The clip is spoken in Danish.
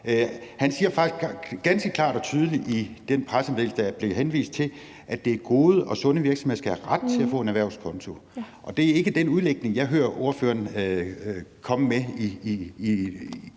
sig, faktisk ganske klart og tydeligt i den pressemeddelelse, der blev henvist til, at gode og sunde virksomheder skal have ret til at få en erhvervskonto. Det er ikke den udlægning, jeg hører ordføreren komme med i